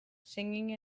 singing